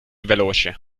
veloce